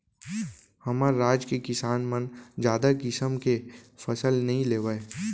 हमर राज के किसान मन जादा किसम के फसल नइ लेवय